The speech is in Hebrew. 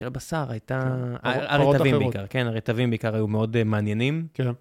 הבשר הייתה... הרטבים בעיקר, כן, הרטבים בעיקר היו מאוד מעניינים.